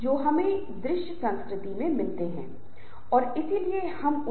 यह समूह की गतिशीलता का एक बहुत ही मूल अर्थ है